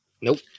Nope